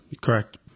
Correct